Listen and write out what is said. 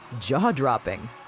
jaw-dropping